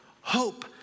Hope